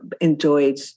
enjoyed